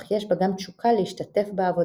אך יש בה גם תשוקה להשתתף בעבודה,